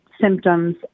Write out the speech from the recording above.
symptoms